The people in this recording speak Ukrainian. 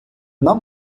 нам